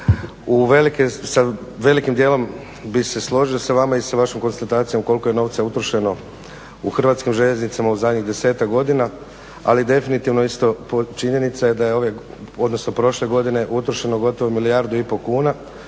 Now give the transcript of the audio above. i u velikim djelom bih se složio sa vama i sa vašom konstatacijom koliko je novca utrošeno u Hrvatskim željeznicama u zadnjih desetak godina ali definitivno isto činjenica je da je ove odnosno prošle godine utrošeno gotovo milijardu i pol kuna,